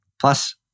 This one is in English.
Plus